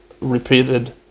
repeated